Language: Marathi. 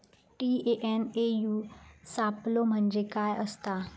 टी.एन.ए.यू सापलो म्हणजे काय असतां?